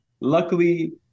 luckily